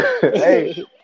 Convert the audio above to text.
Hey